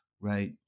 right